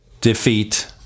defeat